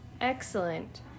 Excellent